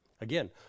Again